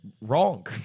Wrong